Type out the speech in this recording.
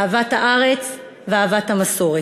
אהבת הארץ ואהבת המסורת.